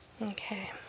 Okay